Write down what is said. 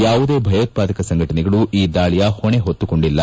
ಯಾವುದೇ ಭಯೋತ್ಪಾದಕ ಸಂಘಟನೆಗಳು ಈ ದಾಳಿಯ ಹೊಣೆ ಹೊತ್ತುಕೊಂಡಿಲ್ಲ